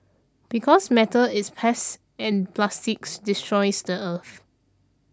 because metal is passe and plastics destroys the earth